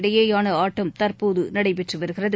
இடையேயா ஆட்டம் தற்போது நடைபெற்று வருகிறது